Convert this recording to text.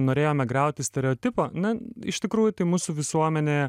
norėjome griauti stereotipą na iš tikrųjų tai mūsų visuomenėje